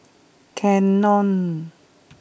Canon